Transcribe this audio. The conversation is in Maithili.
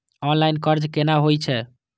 ऑनलाईन कर्ज केना होई छै?